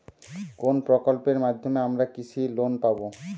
কোন প্রকল্পের মাধ্যমে আমরা কৃষি লোন পাবো?